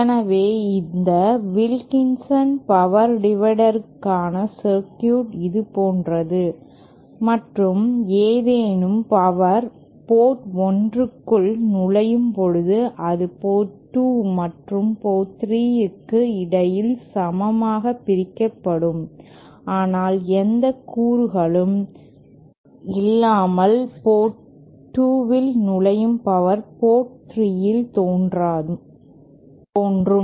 எனவே இந்த Wilkinson power டிவைடருக்கான சர்க்யூட் இது போன்றது மற்றும் ஏதேனும் பவர் போர்ட் 1 க்குள் நுழையும் போது அது போர்ட் 2 மற்றும் போர்ட் 3 க்கு இடையில் சமமாக பிரிக்கப்படும் ஆனால் எந்த கூறுகளும் இல்லாமல் போர்ட் 2 இல் நுழையும் பவர் போர்ட் 3 இல் தோன்றும்